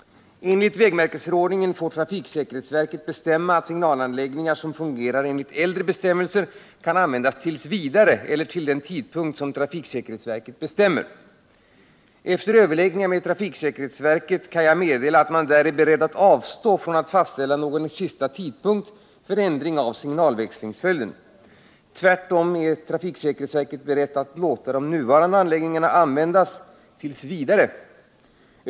Enligt vägmärkesförordningen får trafiksäkerhetsverket bestämma att signalanläggningar som fungerar enligt äldre bestämmelser kan användas t. v. eller till den tidpunkt som trafiksäkerhetsverket bestämmer. Efter överläggningar med trafiksäkerhetsverket kan jag meddela att man där är beredd att avstå från att fastställa någon sista tidpunkt för ändring av signalväxlingsföljden. Tvärtom är trafiksäkerhetsverket berett att låta de nuvarande anläggningarna användas t. v.